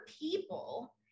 people